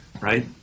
right